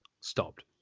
stopped